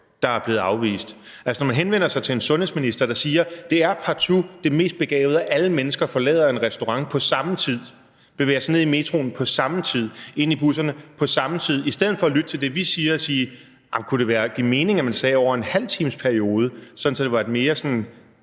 der er blevet afvist. Når en sundhedsminister siger, at det partout er det mest begavede, at alle mennesker forlader en restaurant på samme tid, bevæger sig ned i metroen på samme tid, ind i busserne på samme tid, i stedet for at lytte til det, vi siger, nemlig at det kunne give mening, at man sagde, at det kunne ske over en halv times periode, så der var et mere blødt